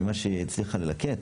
ממה שהיא הצליחה ללקט,